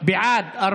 אלי